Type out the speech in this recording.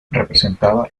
representaba